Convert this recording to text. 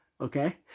Okay